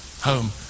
home